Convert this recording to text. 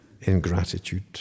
ingratitude